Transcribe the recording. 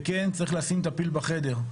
וכן צריך לשים את הפיל בחדר.